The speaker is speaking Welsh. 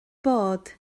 bod